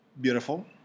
beautiful